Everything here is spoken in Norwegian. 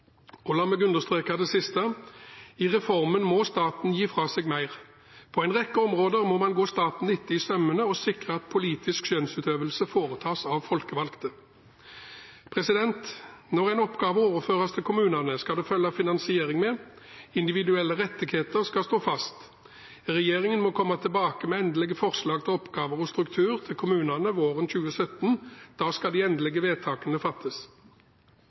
kommuner.» La meg understreke det siste. I reformen må staten gi fra seg mer. På en rekke områder må man gå staten etter i sømmene og sikre at politisk skjønnsutøvelse foretas av folkevalgte. Når en oppgave overføres til kommunene, skal det følge finansiering med. Individuelle rettigheter skal stå fast. Regjeringen må komme tilbake med endelige forslag til oppgaver og strukturer til kommunene våren 2017. Da skal de endelige vedtakene fattes.